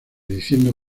diciendo